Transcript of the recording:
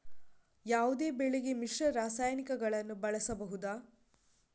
ಯಾವುದೇ ಬೆಳೆಗೆ ಮಿಶ್ರ ರಾಸಾಯನಿಕಗಳನ್ನು ಬಳಸಬಹುದಾ?